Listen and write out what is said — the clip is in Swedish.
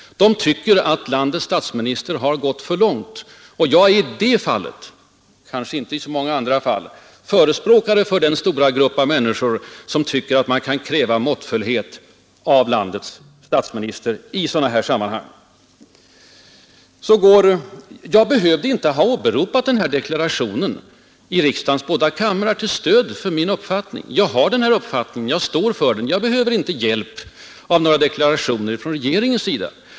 De tycker att landets statsminister har gått för långt. Jag är i det fallet — kanske inte i så många andra fall — förespråkare för den stora grupp människor som tycker att man kan kräva måttfullhet av landets statsminister i sådana här viktiga sammanhang. Jag behövde inte ha åberopat 1959 års deklaration i den förutvarande riksdagens båda kamrar till stöd för min uppfattning. Jag har den här uppfattningen, jag står för den och behöver inte hjälp av några deklarationer från regeringens sida.